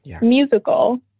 musical